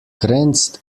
grenzt